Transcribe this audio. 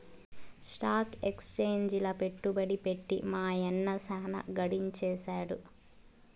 stock ఎక్సేంజిల పెట్టుబడి పెట్టి మా యన్న సాన గడించేసాడు